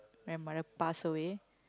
when my mother pass away